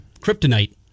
kryptonite